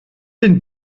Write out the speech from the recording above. den